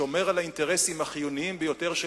שומר על האינטרסים החיוניים ביותר של